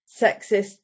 sexist